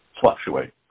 fluctuate